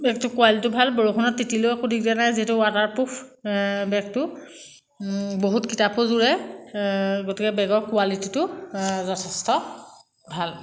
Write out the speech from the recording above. বেগটো কুৱালিটিও ভাল বৰষুণত তিতিলেও একো দিগদাৰ নাই যিহেটো ৱাটাৰপ্ৰুফ বেগটো বহুত কিতাপো যোৰে গতিকে বেগৰ কুৱালিটিটো যথেষ্ট ভাল